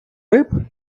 риб